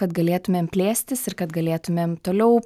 kad galėtumėm plėstis ir kad galėtumėm toliau